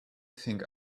think